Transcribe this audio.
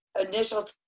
initial